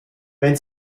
wenn